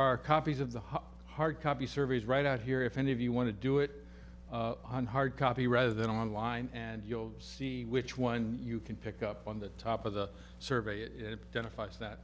are copies of the hard copy surveys right out here if any of you want to do it on hard copy rather than online and you'll see which one you can pick up on the top of the survey and then a fight that